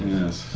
Yes